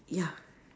ya